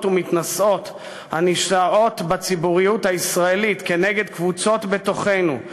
ומתנשאות הנישאות בציבוריות הישראלית כנגד קבוצות בתוכנו,